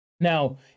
Now